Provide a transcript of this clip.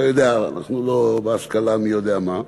אתה יודע, אנחנו בהשכלה לא מי יודע מה,